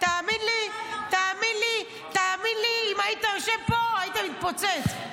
תאמין לי, אם היית יושב פה, היית מתפוצץ.